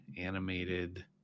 animated